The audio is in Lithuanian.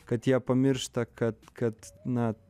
kad jie pamiršta kad kad na